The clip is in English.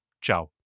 ciao